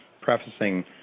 prefacing